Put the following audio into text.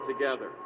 together